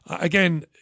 Again